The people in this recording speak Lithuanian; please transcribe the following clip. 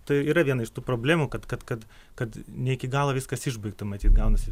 tai yra viena iš tų problemų kad kad kad kad ne iki galo viskas išbaigta matyt gaunasi